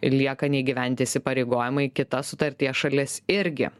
lieka neįgyventi įsipareigojimai kita sutarties šalis irgi